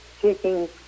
taking